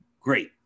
great